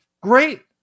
Great